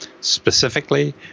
Specifically